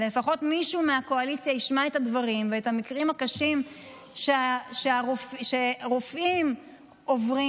לפחות שמישהו מהקואליציה ישמע את הדבר ואת המקרים הקשים שרופאים עוברים,